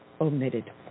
omitted